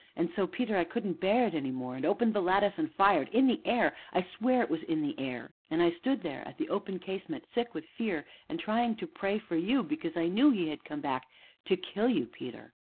and so, peter, i couldn't bear it any more and opened the lattice and fired in the air i swear it was in the air. and i stood there at the open casement sick with fear, and trying to pray for you because i knew he had come back to kill you, peter,